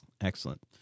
Excellent